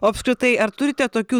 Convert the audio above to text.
o apskritai ar turite tokių